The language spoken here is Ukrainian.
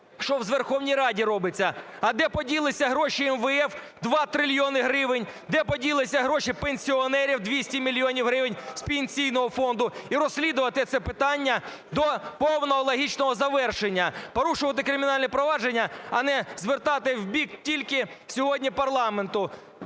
що у Верховній Раді робиться, а де поділися гроші МВФ – 2 трильйони гривень, де поділися гроші пенсіонерів – 200 мільйонів гривень з Пенсійного фонду, і розслідувати це питання до повного логічного завершення. Порушувати кримінальне провадження, а не звертати в бік тільки сьогодні парламенту.